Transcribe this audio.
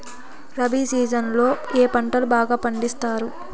rabi season లో ఏ పంటలు బాగా పండిస్తారు